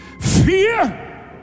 Fear